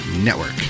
Network